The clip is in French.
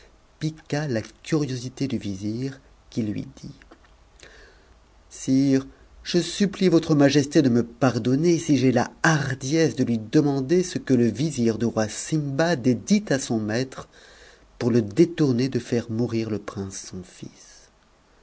la curiosité du vizir qui lui dit sire je supplie votre majesté de me pardonner si j'ai la hardiesse de lui demander ce que le vizir du roi sindbad dit à son maître pour le détourner de faire mourir le prince son fils